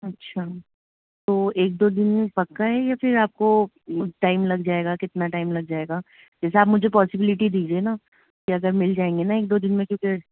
اچھا تو ایک دو دن میں پکا ہے یا پھر آپ کو ٹائم لگ جائے گا کتنا ٹائم لگ جائے گا جیسے آپ مجھے پوسیبلٹی دیجیے نا کہ اگر مل جائیں گے نا ایک دو دن میں کیونکہ